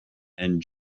and